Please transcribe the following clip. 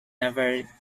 never